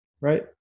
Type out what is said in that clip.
right